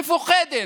מפוחדת,